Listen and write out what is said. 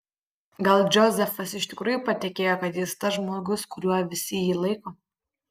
gal džozefas iš tikrųjų patikėjo kad jis tas žmogus kuriuo visi jį laiko